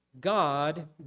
God